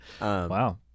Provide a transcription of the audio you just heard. Wow